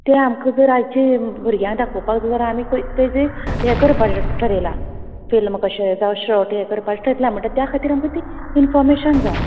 ते आमकां जर आयजचे भुरग्यांक दाखोवपाक जाय जाल्यार आमी तेजे हे करपाचे थारयला फिल्म कशे जावं अशे शॉर्ट हे करपाचे थारयला म्हणटगीर त्या खातीर आमकां इंफॉर्मेशन जाय